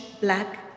black